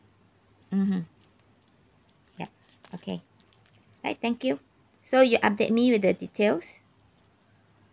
mmhmm ya okay alright thank you so you update me with the details